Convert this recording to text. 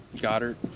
Goddard